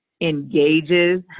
engages